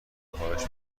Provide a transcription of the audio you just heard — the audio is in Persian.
خواهش